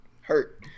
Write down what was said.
Hurt